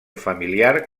familiar